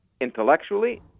intellectually